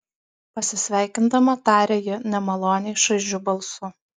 pasisveikindama tarė ji nemaloniai šaižiu balsu